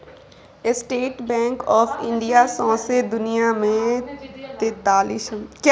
state Bank of India सौंसे दुनियाँ मे तेतालीसम स्थान पर अबै छै